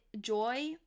joy